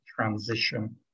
transition